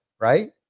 right